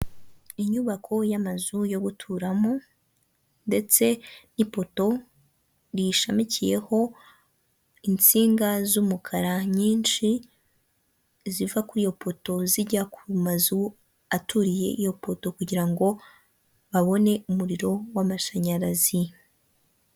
Inyubako y'amazu yo guturamo ndetse n'ipoto riyishamikiyeho insinga z'umukara nyinshi ziva kuri iyo poto zijya ku mazu aturiye iyo poto kugira ngo abone umuriro w'amashanyarazi.